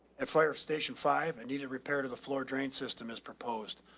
at fire station five and needed repair to the floor drain system has proposed.